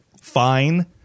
fine